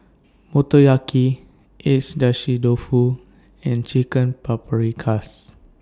Motoyaki Agedashi Dofu and Chicken Paprikas